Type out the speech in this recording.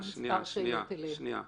כי יש לי מספר שאלות אליהם.